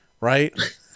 right